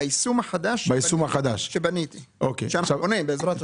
ביישום החדש שאנחנו בונים בעזרת ה'.